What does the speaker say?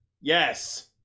Yes